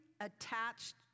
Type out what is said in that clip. attached